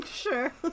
sure